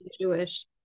jewish